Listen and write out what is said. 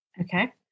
Okay